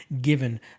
given